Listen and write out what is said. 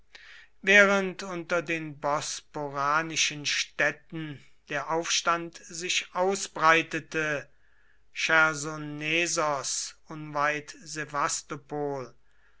während unter den bosporanischen städten der aufstand sich ausbreitete chersonesos